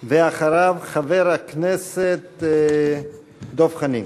ואחריו, חבר הכנסת דב חנין.